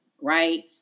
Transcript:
right